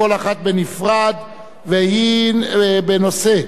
כל אחת בנפרד, בנושא,